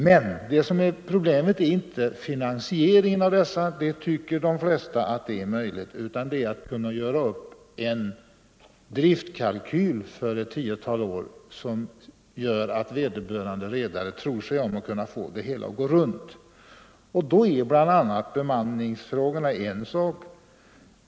Men problemet är inte finansieringen av dessa, utan det är att göra upp en sådan driftkalkyl för ett tiotal år att vederbörande redare tror sig om att kunna få det hela att gå ihop. Härvid är bemanningsfrågorna en viktig sak.